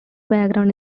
background